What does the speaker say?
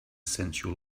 sensual